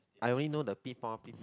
I only know the